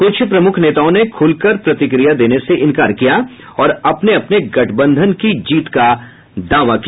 कुछ प्रमुख नेताओं ने खुल कर प्रतिक्रिया देने से इंकार किया और अपने अपने गठबंधन की जीत का दावा किया